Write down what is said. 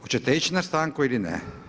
Hoćete ići na stanku ili ne?